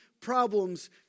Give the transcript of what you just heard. problems